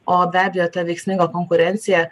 o be abejo ta veiksminga konkurencija